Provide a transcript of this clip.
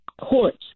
courts